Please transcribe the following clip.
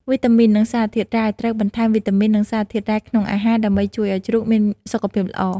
វីតាមីន និងសារធាតុរ៉ែ ត្រូវបន្ថែមវីតាមីន និងសារធាតុរ៉ែក្នុងអាហារ ដើម្បីជួយឲ្យជ្រូកមានសុខភាពល្អ។